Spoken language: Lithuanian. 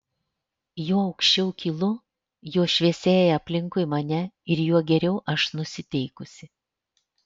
juo aukščiau kylu juo šviesėja aplinkui mane ir juo geriau aš nusiteikusi